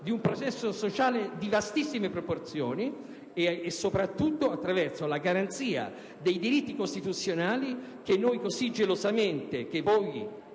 di un processo sociale di vastissime proporzioni e, soprattutto, attraverso la garanzia dei diritti costituzionali, che noi così gelosamente - e voi